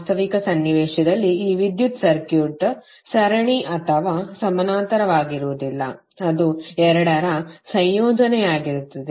ವಾಸ್ತವಿಕ ಸನ್ನಿವೇಶದಲ್ಲಿ ಈ ವಿದ್ಯುತ್ ಸರ್ಕ್ಯೂಟ್ ಸರಣಿ ಅಥವಾ ಸಮಾನಾಂತರವಾಗಿರುವುದಿಲ್ಲ ಅದು ಎರಡರ ಸಂಯೋಜನೆಯಾಗಿರುತ್ತದೆ